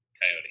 Coyote